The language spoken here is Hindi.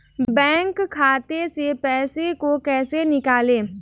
बैंक खाते से पैसे को कैसे निकालें?